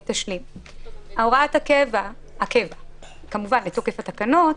הוראת הקבע לתוקף התקנות,